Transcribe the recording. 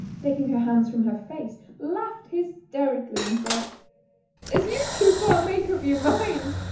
taking her hands from her face laughed hysterically and said as you two can't make up your minds,